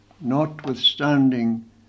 notwithstanding